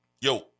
Yo